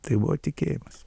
tai buvo tikėjimas